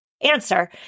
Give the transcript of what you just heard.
answer